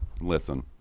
listen